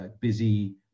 busy